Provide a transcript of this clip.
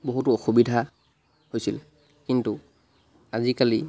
বহুতো অসুবিধা হৈছিল কিন্তু আজিকালি